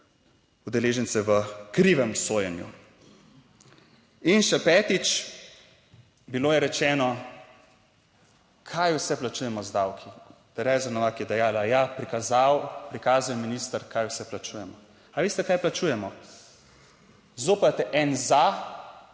v krivem sojenju. In še petič, bilo je rečeno, kaj vse plačujemo z davki? Tereza Novak je dejala, prikazal je minister kaj vse plačujemo. Ali veste kaj plačujemo? Zopet en za